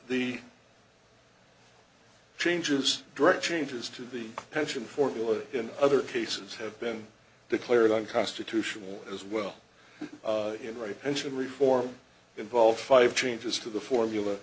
the changes direct changes to the pension formula in other cases have been declared unconstitutional as well right and should reform involve five changes to the formula